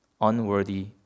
unworthy